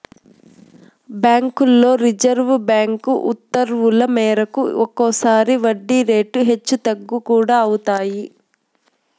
బ్యాంకుల్లో reserve bank ఉత్తర్వుల మేరకు ఒక్కోసారి వడ్డీ రేట్లు హెచ్చు తగ్గులు కూడా అవుతాయి